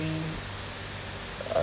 uh